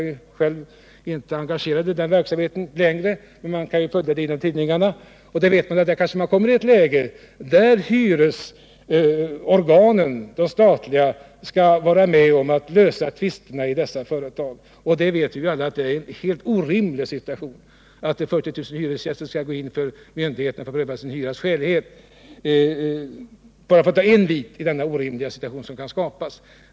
Jag är själv ” te engagerad i den verksamheten längre, men det går ju att följa den genom tidningarna. Där kanske man kommer i ett läge där de statliga hyresorganen skall vara med om att lösa tvisterna i dessa företag. Och vi vet alla att det är en helt orimlig situation, att 40 000 hyresgäster skall komma inför myndigheterna för att pröva hyrans skälighet. Jag nämner detta som bara är en bit i den orimliga situation som kan skapas.